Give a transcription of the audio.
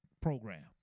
program